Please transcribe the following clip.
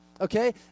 okay